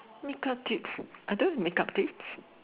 make up tips I don't have make up tips